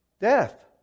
death